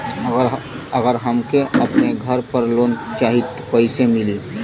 अगर हमके अपने घर पर लोंन चाहीत कईसे मिली?